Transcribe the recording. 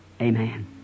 Amen